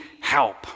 help